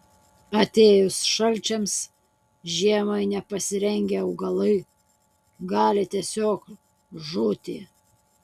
atėjus šalčiams žiemai nepasirengę augalai gali tiesiog žūti